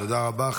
תודה רבה.